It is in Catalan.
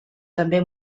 també